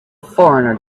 foreigner